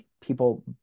people